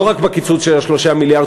לא רק בקיצוץ של 3 מיליארד,